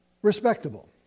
Respectable